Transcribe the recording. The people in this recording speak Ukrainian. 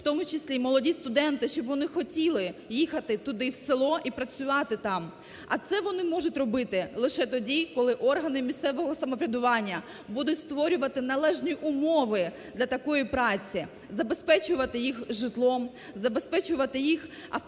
в тому числі й молоді студенти, щоб вони хотіли їхати туди в село і працювати там. А це вони можуть робити лише тоді, коли органи місцевого самоврядування будуть створювати належні умови для такої праці: забезпечувати їх житлом, забезпечувати їх автомобілем,